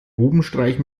bubenstreich